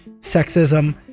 sexism